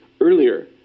earlier